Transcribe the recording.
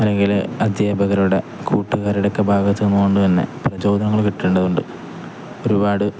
അല്ലെങ്കില്അദ്ധ്യാപകരുടെ കൂട്ടുകാരുടെയൊക്കെ ഭാഗത്തുനിന്നുകൊണ്ടുതന്നെ പ്രചോദനങ്ങൾ കിട്ടേണ്ടതുണ്ട് ഒരുപാട്